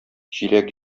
җиләк